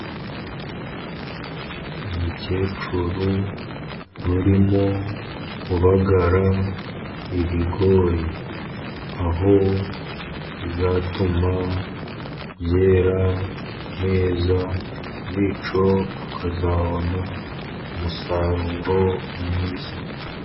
Umukecuru urimo kubagara ibigori. Aho bizatuma byera neza, bityo bakazabona umusaruro mwiza.